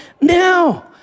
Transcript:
now